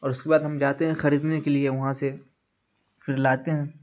اور اس کے بعد ہم جاتے ہیں خریدنے کے لیے وہاں سے فر لاتے ہیں